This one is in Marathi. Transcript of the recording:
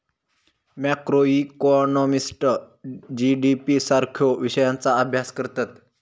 मॅक्रोइकॉनॉमिस्ट जी.डी.पी सारख्यो विषयांचा अभ्यास करतत